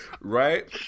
Right